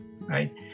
right